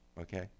okay